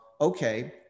okay